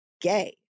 gay